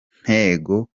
ntego